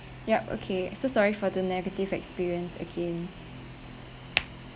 yup okay so sorry for the negative experience again